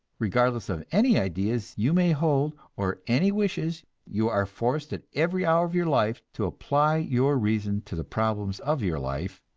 regardless of any ideas you may hold, or any wishes, you are forced at every hour of your life to apply your reason to the problems of your life,